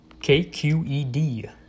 KQED